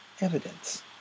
evidence